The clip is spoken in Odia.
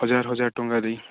ହଜାର ହଜାର ଟଙ୍କା ଦେଇ